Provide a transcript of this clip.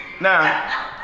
Now